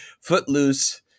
Footloose